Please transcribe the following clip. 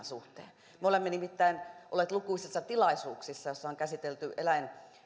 suhteen me olemme nimittäin olleet lukuisissa tilaisuuksissa joissa on käsitelty